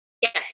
yes